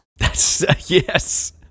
Yes